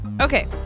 Okay